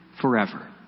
forever